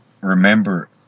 remember